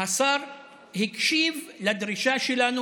השר הקשיב לדרישה שלנו,